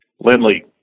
Lindley